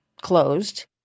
closed